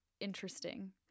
interesting